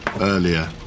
earlier